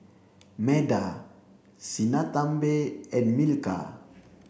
Medha Sinnathamby and Milkha